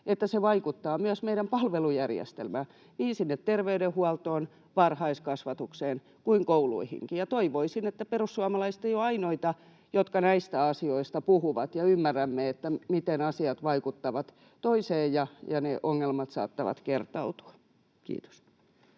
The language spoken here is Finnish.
että se vaikuttaa myös meidän palvelujärjestelmäämme, niin sinne terveydenhuoltoon, varhaiskasvatukseen kuin kouluihinkin. Toivoisin, että perussuomalaiset eivät ole ainoita, jotka näistä asioista puhuvat ja ymmärrämme, miten asiat vaikuttavat toiseen ja että ne ongelmat saattava kertautua. — Kiitos.